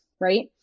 right